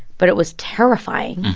but it was terrifying.